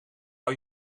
hou